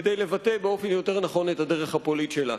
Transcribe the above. כדי לבטא באופן יותר נכון את הדרך הפוליטית שלה,